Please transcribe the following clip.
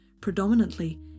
predominantly